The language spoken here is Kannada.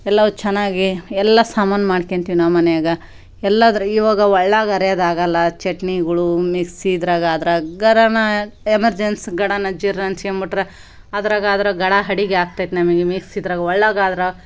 ಎಲ್ಲವು ಚೆನ್ನಾಗಿ ಎಲ್ಲ ಸಾಮಾನು ಮಾಡ್ಕೋತೀವ್ ನಾವು ಮನೆಯಾಗ ಎಲ್ಲಾದ್ರಗ ಇವಾಗ ಒಳ್ಳಾಗೆ ಅರಿಯೋದಾಗೋಲ್ಲ ಚಟ್ನಿಗಳು ಮಿಕ್ಸಿದಾಗ್ ಅದ್ರಾಗರನ ಎಮರ್ಜೆನ್ಸಿ ಗಡನ ಜಿರ್ ಅನಿಸ್ಕೊಂಬಿಟ್ರೆ ಅದ್ರಾಗ ಅದ್ರಾ ಗಡಾ ಅಡಿಗಿ ಆಗ್ತದೆ ನಮಗೆ ಮಿಕ್ಸಿದಾಗ್ ಒಳ್ಳಗಾದ್ರೆ